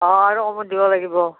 অ আৰু কমত দিব লাগিব